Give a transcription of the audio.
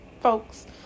folks